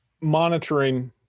monitoring